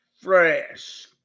fresh